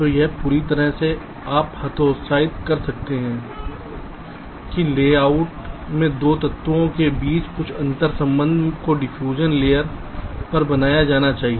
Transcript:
तो यह पूरी तरह से आप हतोत्साहित कर सकते हैं कि लेआउट में 2 तत्वों के बीच कुछ अंतर्संबंध को डिफ्यूजन लेयर पर बनाया जाना चाहिए